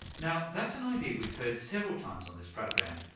now that's an idea we've heard several times on this program,